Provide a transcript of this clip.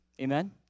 Amen